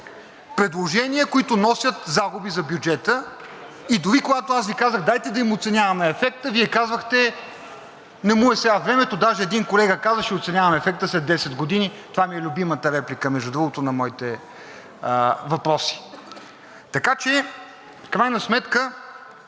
предложения, които носят загуби за бюджета. И дори когато Ви казах: дайте да им оценяваме ефекта, Вие казвахте: не му е сега времето. Даже един колега каза: ще оценяваме ефекта след 10 години. Това ми е любимата реплика, между другото, на моите въпроси. В крайна сметка